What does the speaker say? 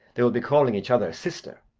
they will be calling each other sister.